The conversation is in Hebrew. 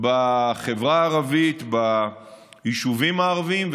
בחברה הערבית, ביישובים הערביים.